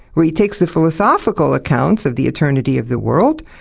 where he takes the philosophical accounts of the eternity of the world,